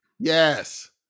Yes